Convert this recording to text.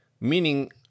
meaning